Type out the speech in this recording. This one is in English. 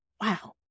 wow